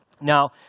Now